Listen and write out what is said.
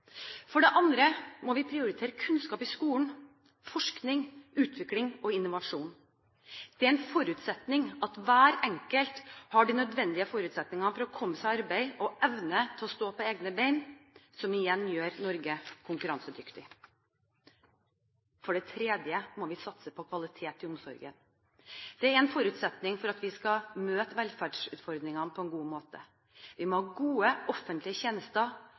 For det andre må vi prioritere kunnskap i skolen, forskning, utvikling og innovasjon. Det er en forutsetning at hver enkelt har de nødvendige forutsetningene for å komme seg i arbeid og evne til å stå på egne ben, som igjen gjør Norge konkurransedyktig. For det tredje må vi satse på kvalitet i omsorgen. Det er en forutsetning for at vi skal møte velferdsutfordringene på en god måte. Vi må ha gode offentlige tjenester